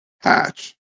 hatch